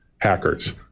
hackers